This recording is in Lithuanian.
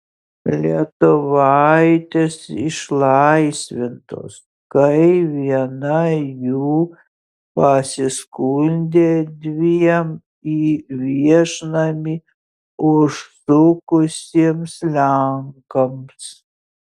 lietuvaitės išlaisvintos kai viena jų pasiskundė dviem į viešnamį užsukusiems lenkams